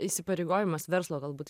įsipareigojimas verslo galbūt